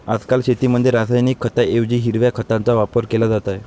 आजकाल शेतीमध्ये रासायनिक खतांऐवजी हिरव्या खताचा वापर केला जात आहे